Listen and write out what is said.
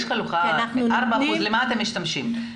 בארבעת האחוזים, למה אתם משתמשים?